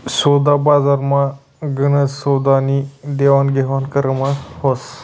सोदाबजारमा गनच सौदास्नी देवाणघेवाण करारमा व्हस